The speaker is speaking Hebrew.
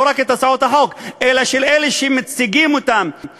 לא רק את הצעות החוק אלא את אלה שמציגים אותן,